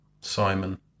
Simon